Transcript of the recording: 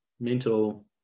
mental